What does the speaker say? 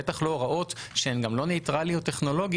בטח לא הוראות שהן גם לא ניטרליות טכנולוגית,